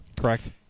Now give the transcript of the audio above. Correct